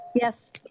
Yes